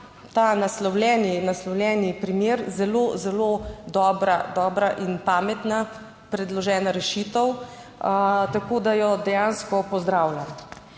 naslovljeni primer zelo zelo dobra, dobra in pametna predložena rešitev, tako da jo dejansko pozdravljam.